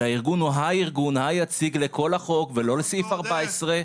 שהארגון הוא הארגון היציג לכל החוק ולא לסעיף 14,